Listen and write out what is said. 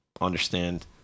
understand